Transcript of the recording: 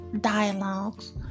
dialogues